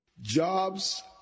Jobs